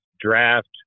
draft